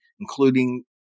including